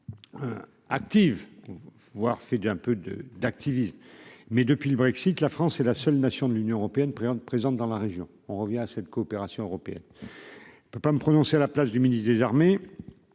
active voir fait d'un peu de d'activisme mais depuis le Brexit la France est la seule nation de l'Union européenne présente présente dans la région, on revient à cette coopération européenne. Je peux pas me prononcer à la place du ministre des armées,